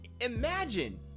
Imagine